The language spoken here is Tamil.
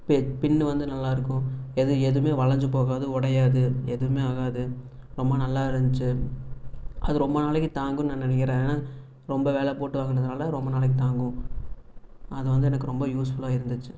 பெ பின் வந்து நல்லா இருக்கும் எது எதுவுமே வளைஞ்சு போகாது உடையாது எதுவுமே ஆகாது ரொம்ப நல்லா இருஞ்சு அது ரொம்ப நாளைக்கு தாங்கும்னு நான் நினைக்கிறேன் ஏன்னால் ரொம்ப விலை போட்டு வாங்கினதுனால ரொம்ப நாளைக்கு தாங்கும் அது வந்து எனக்கு ரொம்ப யூஸ்ஃபுல்லாக இருந்துச்சு